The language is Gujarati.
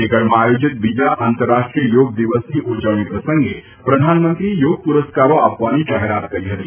ચંદીગઢમાં આયોજિત બીજા આંતરરાષ્ટ્રીય યોગ દિવસની ઉજવણીના પ્રસંગે પ્રધાનમંત્રી નરેન્દ્ર મોદીએ યોગ પૂરસ્કારો આપવાની જાહેરાત કરી હતી